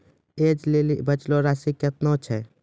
ऐज लेली बचलो राशि केतना छै?